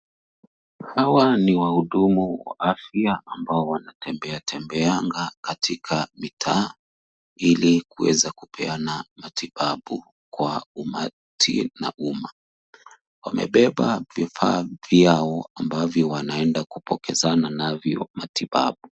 Hawa ni wahudumu wa afya ambao wanatembea tembeanga katika mitaa, ili kuweza kupeana matibabu kwa umati na uma. Wamebeba vifaa vyao ambavyo wanaenda kupokezana navyo matibabu.